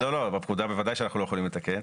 לא, לא, בפקודה בוודאי שאנחנו לא יכולים לתקן.